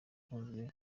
ukunze